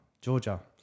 Georgia